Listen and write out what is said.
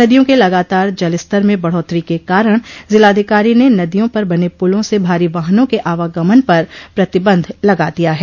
नदियों के लगातार जलस्तर में बढ़ोत्तरी के कारण जिलाधिकारी ने नदियों पर बने पुलों से भारी वाहनों के आवागमन पर प्रतिबंध लगा दिया है